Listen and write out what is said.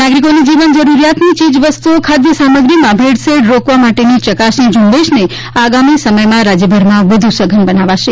નાગરિકોને જીવન જરૂરિયાતની ચીજવસ્તુઓ ખાદ્યસામગ્રીમાં ભેળસેળ રોકવા માટેની ચકાસણી ઝ્રંબેશને આગામી સમયમાં રાજ્યભરમાં વધુ સઘન બનાવશે